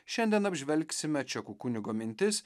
šiandien apžvelgsime čekų kunigo mintis